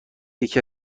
یکی